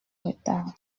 retard